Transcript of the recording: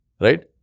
Right